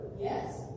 Yes